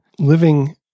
Living